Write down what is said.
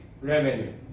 revenue